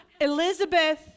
Elizabeth